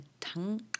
tongue